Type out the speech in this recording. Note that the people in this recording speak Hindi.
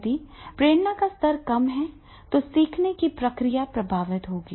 यदि प्रेरणा का स्तर कम है तो सीखने की प्रक्रिया प्रभावित होगी